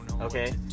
Okay